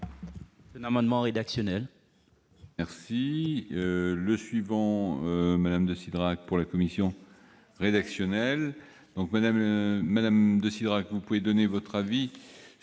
d'un amendement rédactionnel.